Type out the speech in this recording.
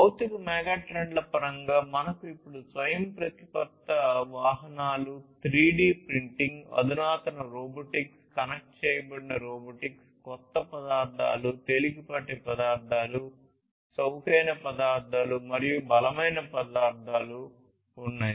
భౌతిక మెగాట్రెండ్ల పరంగా మనకు ఇప్పుడు స్వయంప్రతిపత్త వాహనాలు ఉన్నాయి